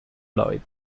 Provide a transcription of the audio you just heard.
lloyd